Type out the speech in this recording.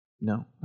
No